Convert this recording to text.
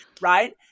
right